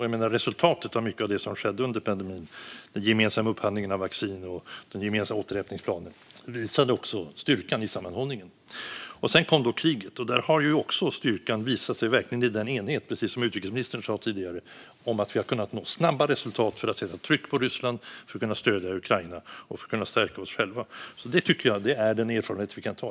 Jag menar att resultatet av mycket av det som skedde under pandemin - den gemensamma upphandlingen av vaccin och den gemensamma återhämtningsplanen - också visar styrkan i sammanhållningen. Sedan kom då kriget, och där har ju också styrkan, precis som utrikesministern sa tidigare, verkligen visat sig i den enhet som har inneburit att vi har kunnat nå snabba resultat för att sätta tryck på Ryssland, stödja Ukraina och stärka oss själva. Detta är den erfarenhet vi kan dra.